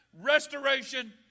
restoration